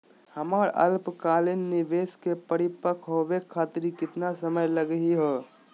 हमर अल्पकालिक निवेस क परिपक्व होवे खातिर केतना समय लगही हो?